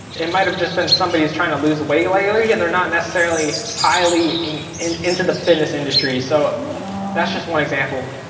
it might have just been somebody who's trying to lose weight lately and they're not necessarily highly and into the fitness industry. so that's just one example.